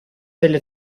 delle